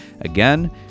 Again